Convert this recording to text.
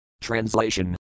Translation